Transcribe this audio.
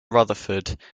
rutherford